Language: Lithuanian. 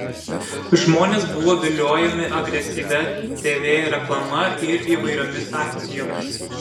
žmonės buvo viliojami agresyvia tv reklama ir įvairiomis akcijomis